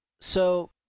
So-